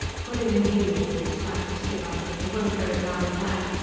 put it in helium, snapped the skipper. it won't break down in that!